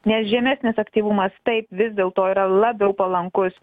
nes žemesnis aktyvumas taip vis dėlto yra labiau palankus